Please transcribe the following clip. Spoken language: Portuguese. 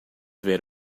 ver